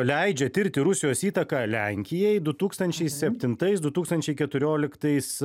leidžia tirti rusijos įtaką lenkijai du tūkstančiai septintais du tūkstančiai keturioliktais